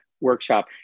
workshop